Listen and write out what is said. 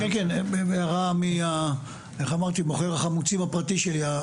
הערה מ"מוכר החמוצים הפרטי שלי",